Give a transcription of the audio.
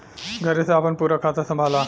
घरे से आपन पूरा खाता संभाला